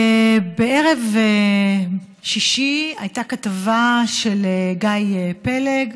בערב שישי הייתה כתבה של גיא פלג,